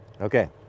Okay